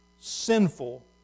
sinful